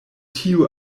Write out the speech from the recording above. tiu